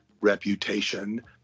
reputation